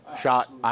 shot